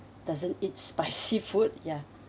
doesn't eat spicy food ya